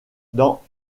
dans